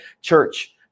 church